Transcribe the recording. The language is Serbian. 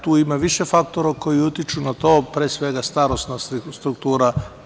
Tu ima više faktora koji utiču na to, pre svega starosna struktura.